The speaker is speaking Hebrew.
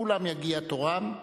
כולם יגיע תורם.